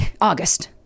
August